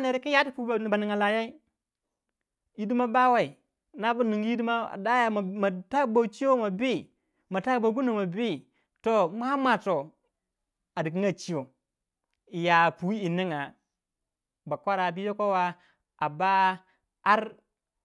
ner wukan yayi pui ba ninga layou bawai a daya ma ta bochiyo ma bi mat boguno ma biitoh mua mua toh a riganga cwiyo iya pui yi ninga bakwara bu yoko wa a ba ar.